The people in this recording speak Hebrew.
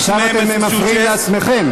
אני מבקש עכשיו להמשיך את הדיון.